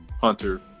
Hunter